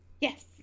yes